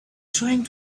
trying